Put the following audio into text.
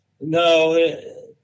No